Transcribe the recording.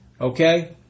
Okay